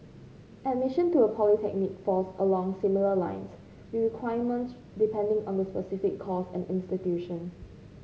admission to a polytechnic falls along similar lines with requirements depending on the specific course and institution